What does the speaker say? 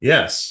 Yes